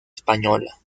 española